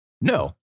No